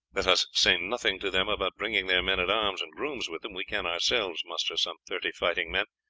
let us say nothing to them about bringing their men-at-arms and grooms with them. we can ourselves muster some thirty fighting men,